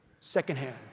Secondhand